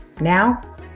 now